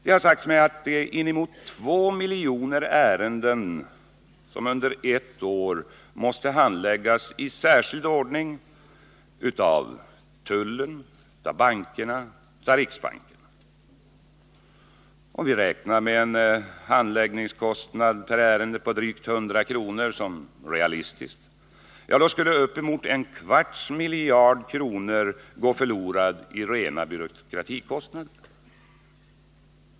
Det har sagts mig att inemot två miljoner ärenden under ett år måste handläggas i särskild ordning av tullen, bankerna och riksbanken. Om vi räknar med att en handläggningskostnad per ärende på drygt 100 kr. är realistisk, skulle uppemot en kvarts miljard kronor gå förlorade i rena byråkratikostnader.